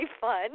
fun